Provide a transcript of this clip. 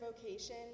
vocation